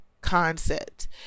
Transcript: concept